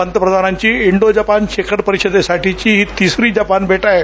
पंतप्रधानांची इंडो जपान शिखर परिषदेसाठीची ही तिसरी जपान भेट आहे